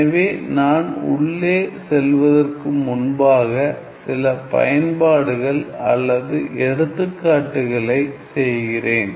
எனவே நான் உள்ளே செல்வதற்கு முன்பாக சில பயன்பாடுகள் அல்லது எடுத்துக்காட்டுகளை செய்கிறேன்